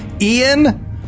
Ian